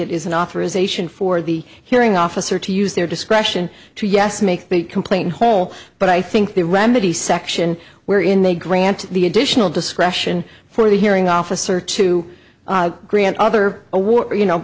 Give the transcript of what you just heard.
it is an authorization for the hearing officer to use their discretion to yes make me complain whole but i think the remedy section where in they grant the additional discretion for the hearing officer to grant other award you know